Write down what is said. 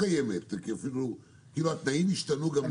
כאילו התנאים ישתנו גם כאן?